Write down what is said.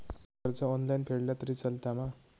कर्ज ऑनलाइन फेडला तरी चलता मा?